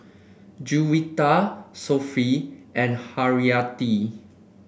Juwita Sofea and Haryati